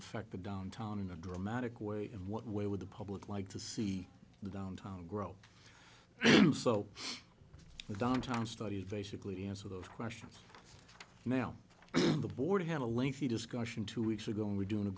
affect the downtown in a dramatic way in what way with the public like to see the downtown grow so the downtown studies basically answer those questions now the board had a lengthy discussion two weeks ago and we're doing the